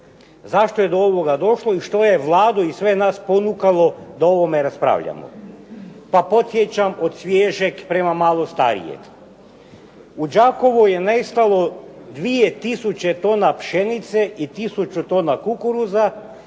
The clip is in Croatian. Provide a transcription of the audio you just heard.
Zašto je do ovoga došlo i što je Vladu i sve nas ponukalo da o ovome raspravljamo? Pa podsjećam od svježeg prema malo starijem. U Đakovu je nestalo 2 tisuće tona pšenice i tisuću tona kukuruza